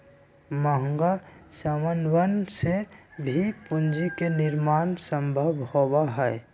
महंगा समनवन से भी पूंजी के निर्माण सम्भव होबा हई